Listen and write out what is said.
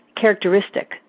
characteristic